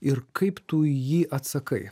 ir kaip tu į jį atsakai